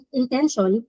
intention